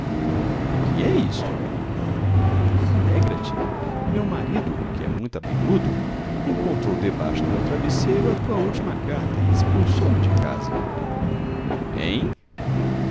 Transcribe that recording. que é isto alegra-te meu marido que é muito abelhudo encontrou debaixo do meu travesseiro a tua última carta e expulsou me de casa hein